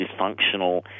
dysfunctional